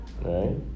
Right